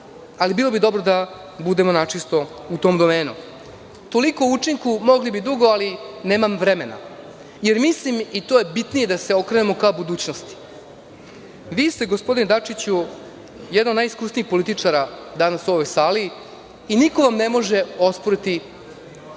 Bilo bi dobro da budemo načisto u tom domenu. Toliko o učinku, mogli bi dugo ali nemam vremena, jer mislim i to je bitni je da se okrenemo ka budućnosti. Vi ste, gospodine Dačiću, jedan od najiskusnijih političara danas u ovoj sali i niko vam ne može osporiti